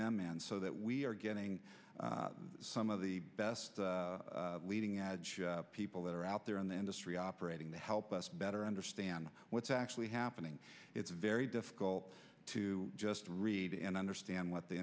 them and so that we are getting some of the best leading people that are out there in the industry operating to help us better understand what's actually happening it's very difficult to just read and understand what the